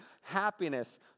Happiness